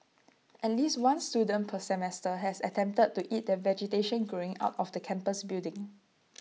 at least one student per semester has attempted to eat the vegetation growing out of the campus building